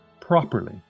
properly